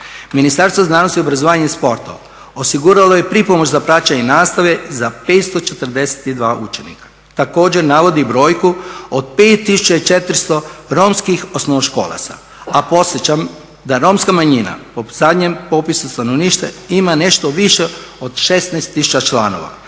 Ministarstvo znanosti, obrazovanja i sporta osiguralo je pripomoć za praćenje nastave za 542 učenika. Također navodi brojku od 5400 romskih osnovnoškolaca, a podsjećam da romska manjina po zadnjem popisu stanovništva ima nešto više od 16000 članova,